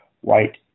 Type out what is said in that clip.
white